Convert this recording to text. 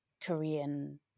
Korean